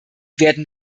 werden